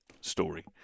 story